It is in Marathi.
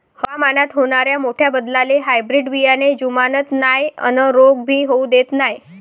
हवामानात होनाऱ्या मोठ्या बदलाले हायब्रीड बियाने जुमानत नाय अन रोग भी होऊ देत नाय